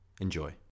Enjoy